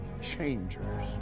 changers